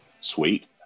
Sweet